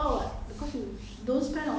you say you save a lot of money